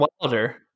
Wilder